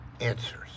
answers